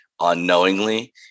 unknowingly